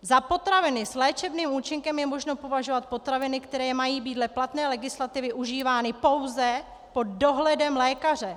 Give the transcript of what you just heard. Za potraviny s léčebným účinkem je možno považovat potraviny, které mají být dle platné legislativy užívány pouze pod dohledem lékaře.